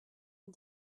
est